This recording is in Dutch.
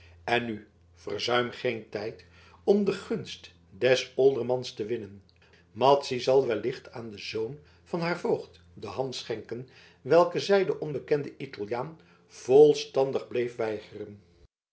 en nu verzuim geen tijd om de gunst des oldermans te winnen madzy zal wellicht aan den zoon van haar voogd de hand schenken welke zij den onbekenden italiaan volstandig bleef weigeren